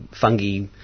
fungi